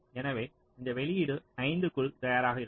எனவே இந்த வெளியீடு 5 க்குள் தயாராக இருக்கும்